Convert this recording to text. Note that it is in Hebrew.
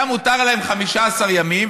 היה מותר להם 15 ימים,